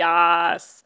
Yes